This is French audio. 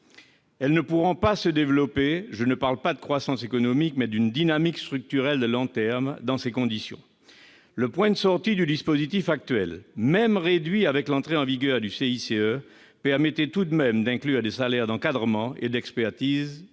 Celles-ci ne pourront pas se développer- je ne parle pas de croissance économique, mais d'une dynamique structurelle de long terme -dans ces conditions. Le point de sortie du dispositif actuel, même réduit du fait de l'entrée en vigueur du CICE, permettait tout de même d'inclure dans le champ de l'exonération